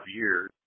years